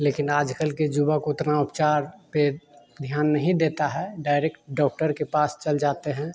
लेकिन आज कल के युवा को उतना उपचार पर ध्यान नहीं देता है डायरेक्ट डॉक्टर के पास चल जाते हैं